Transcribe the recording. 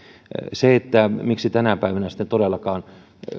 se miksi tänä päivänä todellakaan